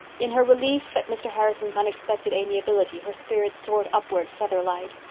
in her relief at mr. harrison's unexpected amiability her spirits soared upward feather-light.